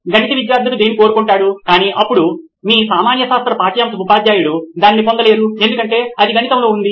గణిత ఉపాధ్యాయుడు దీన్ని కోరుకుంటాడు కాని ఇప్పుడు మీ సామాన్యశాస్త్ర పాఠ్యాంశ ఉపాధ్యాయుడు దాన్ని పొందలేరు ఎందుకంటే ఇది గణితంలో ఉంది